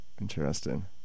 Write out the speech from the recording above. Interesting